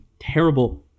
terrible